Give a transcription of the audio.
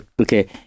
okay